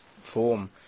form